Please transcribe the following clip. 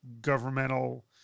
governmental